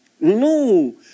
no